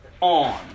on